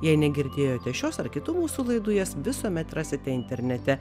jei negirdėjote šios ar kitų mūsų laidų jas visuomet rasite internete